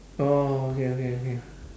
oh okay okay okay